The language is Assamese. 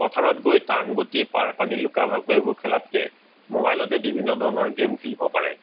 পথাৰত গৈ টাঙ গুটি পাৰ পানী লুকা ভাকু এইবোৰ খেলাতকৈ ম'বাইলতে বিভিন্ন ধৰণৰ গে'ম খেলিব পাৰে